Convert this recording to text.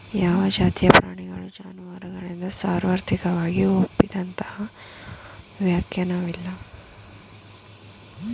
ಯಾವ ಜಾತಿಯ ಪ್ರಾಣಿಗಳು ಜಾನುವಾರುಗಳೆಂದು ಸಾರ್ವತ್ರಿಕವಾಗಿ ಒಪ್ಪಿದಂತಹ ವ್ಯಾಖ್ಯಾನವಿಲ್ಲ